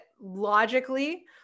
logically